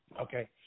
Okay